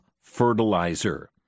fertilizer